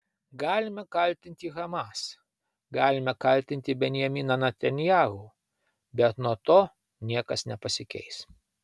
galime kaltinti hamas galime kaltinti benjaminą netanyahu bet nuo to niekas nepasikeis